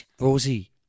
Rosie